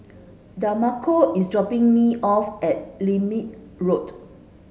Demarco is dropping me off at Lermit Road